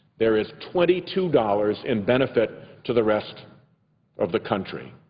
there is twenty two dollars in benefit to the rest of the country.